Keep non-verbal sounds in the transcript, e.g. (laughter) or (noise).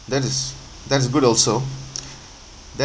that is that is good also (noise) that